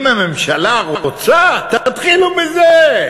אם הממשלה רוצה, תתחילו בזה.